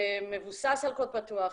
שמבוסס על קוד פתוח,